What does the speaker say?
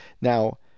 Now